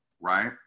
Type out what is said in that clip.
right